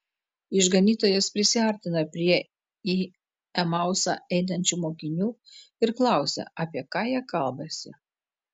išganytojas prisiartina prie į emausą einančių mokinių ir klausia apie ką jie kalbasi